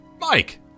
Mike